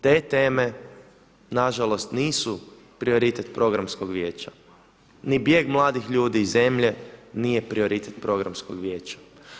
Te teme nažalost nisu prioritet Programskog vijeća, ni bijeg mladih ljudi iz zemlje nije prioritet Programskog vijeća.